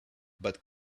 but